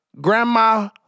grandma